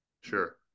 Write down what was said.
Sure